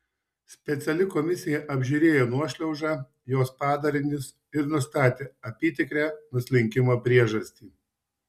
speciali komisija apžiūrėjo nuošliaužą jos padarinius ir nustatė apytikrę nuslinkimo priežastį